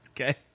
Okay